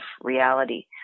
reality